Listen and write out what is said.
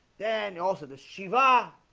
then also the shiva